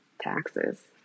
taxes